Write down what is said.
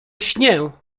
śnię